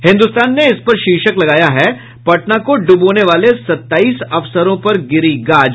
हिन्दुस्तान ने इस पर शीर्षक लगाया है पटना को डुबोने वाले सत्ताईस अफसरों पर गिरी गाज